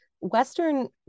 Western